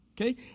Okay